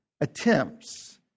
attempts